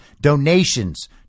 donations